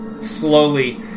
slowly